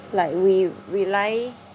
like we rely